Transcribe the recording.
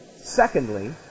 Secondly